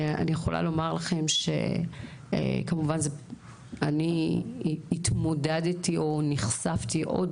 אני יכולה לומר לכם שכמובן אני התמודדתי או נחשפתי עוד